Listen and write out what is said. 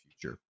future